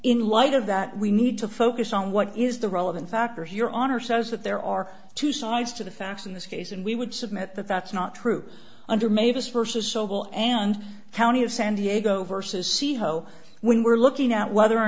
in light of that we need to focus on what is the relevant factor here honor says that there are two sides to the facts in this case and we would submit that that's not true under made us versus social and county of san diego versus see how when we're looking at whether or